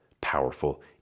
powerful